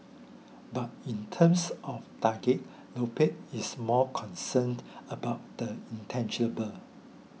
but in terms of target Lopez is more concerned about the intangible